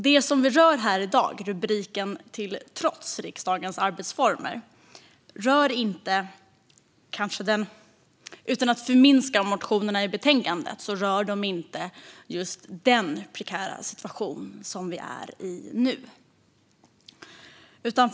Det vi berör här i dag är ett betänkande med titeln Riksdagens arbetsformer , och utan att förminska motionerna i betänkandet rör de inte just den prekära situation vi befinner oss i nu.